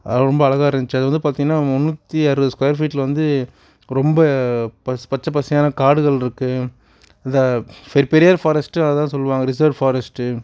அதெலாம் ரொம்ப அழகாக இருந்துச்சு அது வந்து பார்த்தீங்னா முன்னூற்றி அறுபது ஸ்கொயர் ஃபிட்டில் வந்து ரொம்ப பச்சை பசையான காடுகள் இருக்குது இந்த பெரியாறு ஃபாரஸ்ட்டு அதை தான் சொல்லுவாங்க ரிசர்வ் ஃபாரஸ்ட்டு